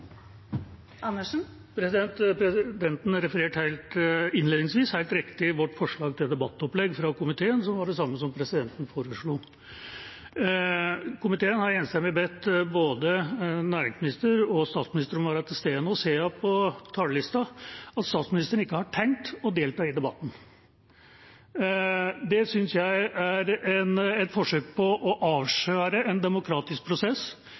Presidenten refererte innledningsvis helt riktig vårt forslag til debattopplegg fra komiteen – som var det samme som presidenten bestemte. Komiteen har enstemmig bedt både næringsministeren og statsministeren om å være til stede. Nå ser jeg av talerlista at statsministeren ikke har tenkt å delta i debatten. Det synes jeg er et forsøk på å avskjære en demokratisk prosess